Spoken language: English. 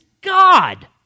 God